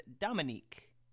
Dominique